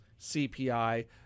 cpi